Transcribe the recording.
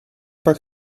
pak